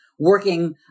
working